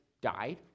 died